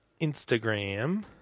Instagram